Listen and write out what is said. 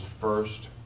first